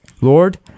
Lord